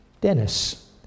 Dennis